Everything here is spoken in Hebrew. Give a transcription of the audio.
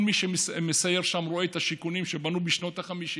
כל מי שמסייר שם רואה את השיכונים שבנו בשנות ה-50.